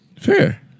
Fair